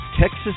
Texas